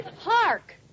Hark